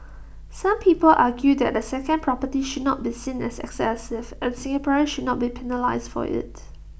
some people argue that A second property should not be seen as excessive and Singaporeans should not be penalised for IT